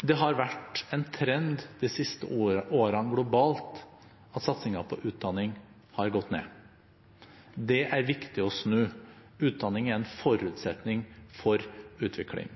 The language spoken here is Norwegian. Det har vært en trend de siste årene globalt at satsingen på utdanning har gått ned. Det er viktig å snu. Utdanning er en forutsetning for utvikling.